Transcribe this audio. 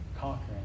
conquering